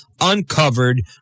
uncovered